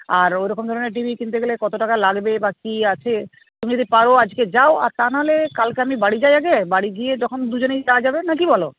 আর ওই রকম ধরনের টি ভি কিনতে গেলে কত টাকা লাগবে বা কী আছে তুমি যদি পারো আজকে যাও আর তা না হলে কালকে আমি বাড়ি যাই আগে বাড়ি গিয়ে যখন দুজনেই যাওয়া যাবে না কি বলো